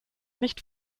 nicht